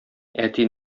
әти